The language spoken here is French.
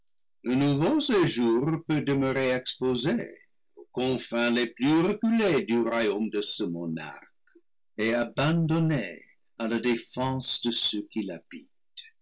le paradis perdu séjour peut demeurer exposé aux confins les plus reculés du royaume de ce monarque et abandonné à la défense de ceux qui l'habitent